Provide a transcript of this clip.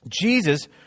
Jesus